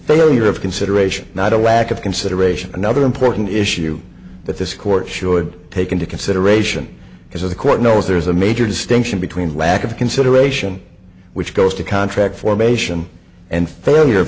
failure of consideration not a lack of consideration another important issue that this court should take into consideration because of the court knows there's a major distinction between lack of consideration which goes to contract formation and failure